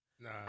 Nah